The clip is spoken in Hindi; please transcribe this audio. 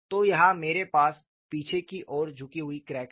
तो यहाँ मेरे पास पीछे की ओर झुकी हुई क्रैक हैं